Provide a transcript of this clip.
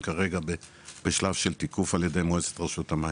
כרגע בשלב של תיקוף על ידי מועצת רשות המים.